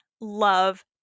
love